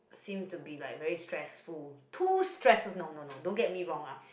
seemed to be like very stressful too stress no no no don't get me wrong ah